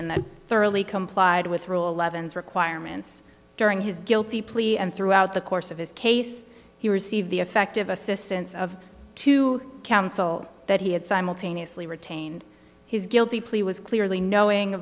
that thoroughly complied with rule eleven's requirements during his guilty plea and throughout the course of his case he received the effective assistance of two counsel that he had simultaneously retained his guilty plea was clearly knowing